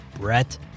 Brett